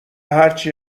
هرچی